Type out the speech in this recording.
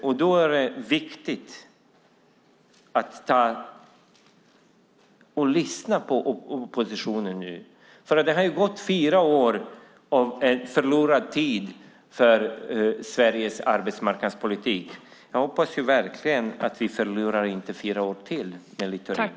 Och då är det viktigt att lyssna på oppositionen. Det har gått fyra år i förlorad tid för Sveriges arbetsmarknadspolitik. Jag hoppas verkligen att vi inte ska förlora fyra år till med Littorin.